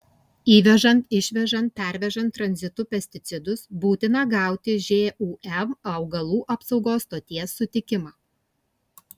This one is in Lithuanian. įvežant išvežant pervežant tranzitu pesticidus būtina gauti žūm augalų apsaugos stoties sutikimą